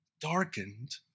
darkened